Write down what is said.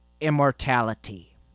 immortality